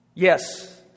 Yes